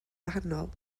wahanol